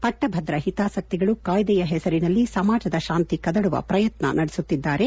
ಪಟ್ಟಭದ್ರ ಹಿತಾಸಕ್ತಿಗಳು ಕಾಯ್ದೆಯ ಹೆಸರಿನಲ್ಲಿ ಸಮಾಜದ ಶಾಂತಿ ಕದಡುವ ಪ್ರಯತ್ನ ನಡೆಸುತ್ತಿದ್ದಾರೆ